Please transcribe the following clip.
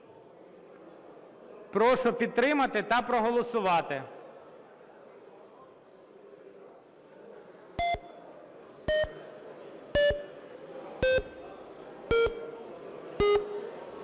Прошу підтримати та проголосувати.